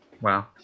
Wow